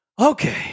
Okay